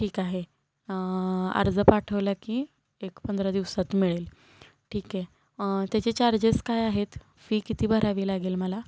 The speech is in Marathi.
ठीक आहे अर्ज पाठवलं की एक पंधरा दिवसात मिळेल ठीक आहे त्याचे चार्जेस काय आहेत फी किती भरावी लागेल मला